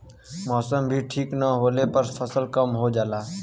मौसम भी ठीक न होले पर फसल कम हो जाला